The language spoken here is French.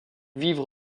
vivre